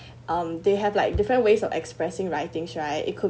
um they have like different ways of expressing writings right it could